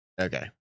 okay